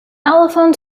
elephant